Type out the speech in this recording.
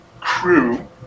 crew